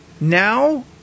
Now